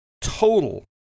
Total